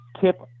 tip